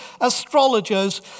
astrologers